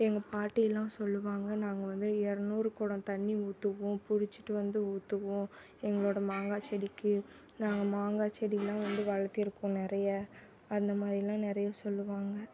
எங்கள் பாட்டி எல்லாம் சொல்வாங்க நாங்கள் வந்து இரநூறு குடம் தண்ணி ஊற்றுவோம் பிடிச்சிட்டு வந்து ஊற்றுவோம் எங்களோட மங்காய் செடிக்கு நாங்கள் மங்காய் செடிலாம் வந்து வளர்த்திருக்கோம் நிறைய அந்த மாதிரிலாம் நிறைய சொல்வாங்க